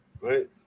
Right